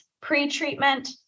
pre-treatment